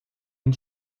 une